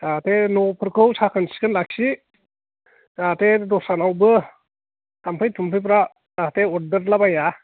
न'फोरखौ साखोन सिखोन लाखि जाहाथे बे दस्रानावबो थाम्फै थुम्फैफोरा जाहाथे अरदेरलाबाया